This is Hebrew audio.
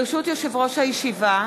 ברשות יושב-ראש הישיבה,